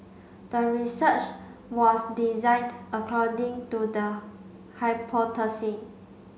the research was designed according to the hypothesis